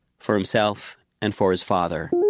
for himself and for his father